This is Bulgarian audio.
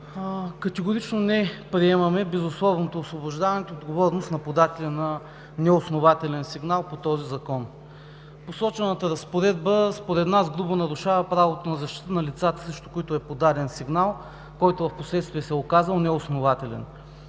Категорично не приемаме безусловното освобождаване от отговорност на подателя на неоснователен сигнал по този закон. Посочената разпоредба според нас грубо нарушава правото на защита на лицата, срещу които е подаден сигнал, който впоследствие се е оказал неоснователен.